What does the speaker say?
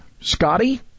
Scotty